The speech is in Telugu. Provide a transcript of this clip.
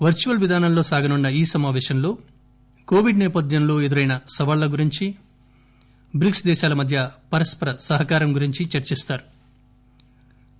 వర్చువల్ విధానంలో సాగనున్న ఈ సమాపశంలో కోవిడ్ నేపథ్యంలో ఎదురైన సవాళ్ల గురించి బ్రిక్స్ దేశాల మధ్య పరస్పర సహకారం గురించి చర్చిస్తారు